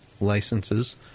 licenses